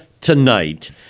tonight